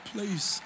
Please